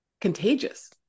contagious